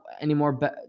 anymore